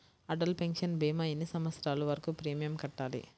Atal pension భీమా ఎన్ని సంవత్సరాలు వరకు ప్రీమియం కట్టాలి?